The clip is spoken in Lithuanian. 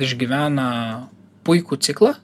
išgyvena puikų ciklą